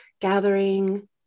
gathering